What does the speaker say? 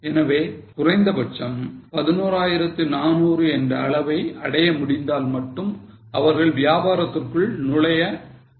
எனவே குறைந்தபட்சம் 11400 என்ற அளவை அடைய முடிந்தால் மட்டும் அவர்கள் வியாபாரத்திற்குள் நுழைய நினைக்கிறார்கள்